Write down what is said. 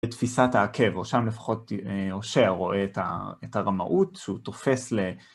תפיסת העקב, או שם לפחות הושע, רואה את הרמאות שהוא תופס ל...